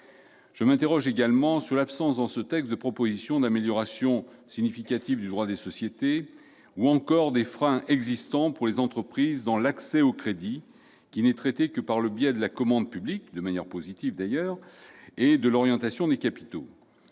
Je m'interroge également sur l'absence dans ce texte de propositions d'amélioration significative du droit des sociétés ou encore de solutions aux freins existants pour les entreprises dans l'accès au crédit, qui n'est traité que par le biais de la commande publique- de manière positive, d'ailleurs -et de l'orientation des capitaux,